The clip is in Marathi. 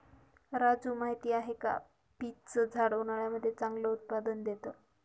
राजू माहिती आहे का? पीच च झाड उन्हाळ्यामध्ये चांगलं उत्पादन देत